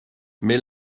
mais